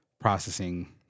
processing